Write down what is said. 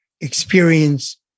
experience